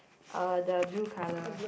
uh the blue color